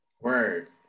Word